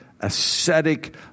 ascetic